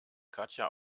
katja